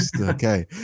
Okay